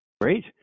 Great